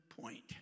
point